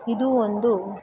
ಇದೂ ಒಂದು